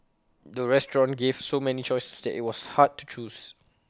the restaurant gave so many choices that IT was hard to choose